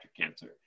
cancer